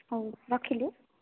ହଉ ରଖିଲି